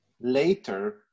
later